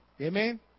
Amen